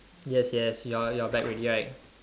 yes yes you are you're back already right